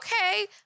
okay